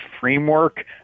framework